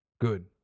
good